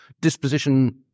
disposition